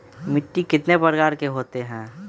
मिट्टी कितने प्रकार के होते हैं?